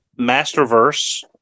Masterverse